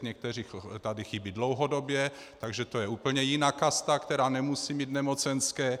Někteří tady chybí dlouhodobě, takže to je úplně jiná kasta, která nemusí mít nemocenské.